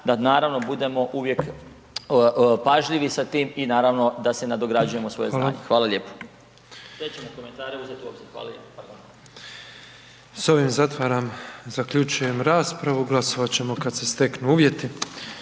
da naravno budemo uvijek pažljivi sa tim i naravno da se nadograđujemo svoje znanje. Hvala lijepo. **Petrov, Božo (MOST)** Hvala. S ovim zatvaram, zaključujem raspravu, glasovat ćemo kad se steknu uvjeti.